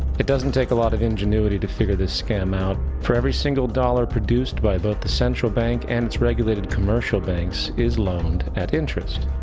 it doesn't take a lot of ingenuity to figure this scam out. for nearly every single dollar produced by both the central bank and its regulated comercial banks is loaned at interest.